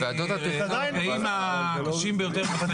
זה עדיין גוף אחד.